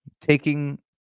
taking